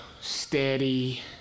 steady